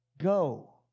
Go